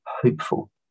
hopeful